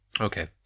Okay